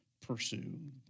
pursue